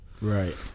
Right